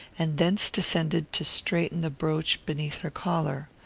and thence descended to straighten the brooch beneath her collar.